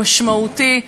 הוא משמעותי,